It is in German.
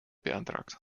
beantragt